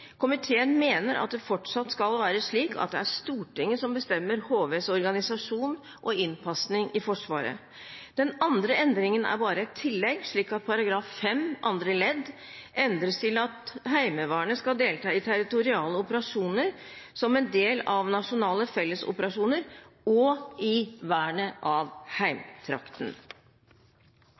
Komiteen mener det fortsatt skal være slik at det er Stortinget som bestemmer HVs organisasjon og innpasning i Forsvaret. Den andre endringen er bare et tillegg slik at § 5 andre ledd endres til: «Heimevernet skal delta i territorielle operasjoner som en del av nasjonale fellesoperasjoner, og i vernet av heimtrakten.»